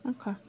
okay